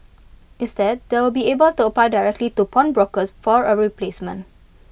instead they will be able to apply directly to pawnbrokers for A replacement